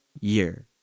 year